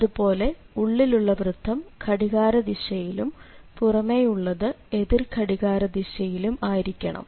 അതുപോലെ ഉള്ളിലുള്ള വൃത്തം ഘടികാരദിശയിലും പുറമേയുള്ളത് എതിർ ഘടികാര ദിശയിലും ആയിരിക്കണം